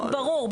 ברור,